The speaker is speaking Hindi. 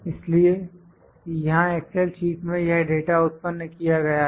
इसलिए यहां एक्सेल शीट में यह डाटा उत्पन्न किया गया है